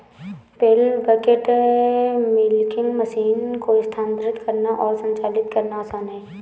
पेल bucket milking machine को स्थानांतरित करना और संचालित करना आसान है